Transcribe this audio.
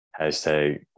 hashtag